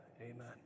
Amen